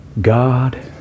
God